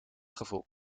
gevoel